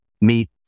meet